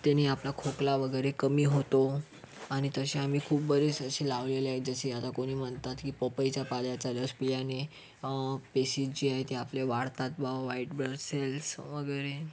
त्यानी आपला खोकला वगैरे कमी होतो आणि तसे आम्ही खूप बरेच असे लावलेले आहेत जसे आता कुणी म्हणतात की पपईच्या पाल्याचा रस पिल्याने पेशींची आहे ते आपल्या वाढतात बा व्हाईट ब्लड सेल्स वगैरे